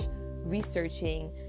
researching